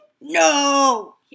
No